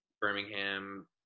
Birmingham